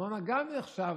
ארנונה גם נחשבת,